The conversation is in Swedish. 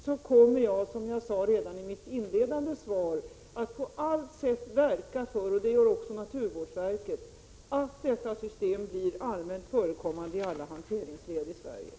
Som jag sade redan i mitt inledningsanförande kommer jag att på allt sätt verka för — vilket också naturvårdsverket gör — att detta system blir allmänt förekommande i alla hanteringsled i Sverige.